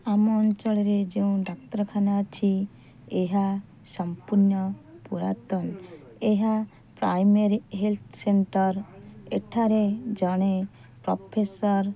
ଆମ ଅଞ୍ଚଳରେ ଯେଉଁ ଡାକ୍ତରଖାନା ଅଛି ଏହା ସମ୍ପୂର୍ଣ୍ଣ ପୁରାତନ ଏହା ପ୍ରାଇମେରି ହେଲ୍ଥ୍ ସେଣ୍ଟର୍ ଏଠାରେ ଜଣେ ପ୍ରଫେସର୍